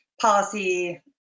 policy